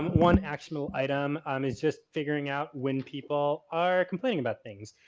one actual item um is just figuring out when people are complaining about things.